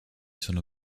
sono